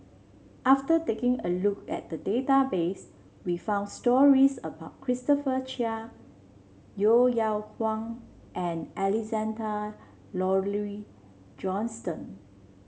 after taking a look at the database we found stories about Christopher Chia Yeo Yeow Kwang and Alexander Laurie Johnston